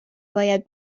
باید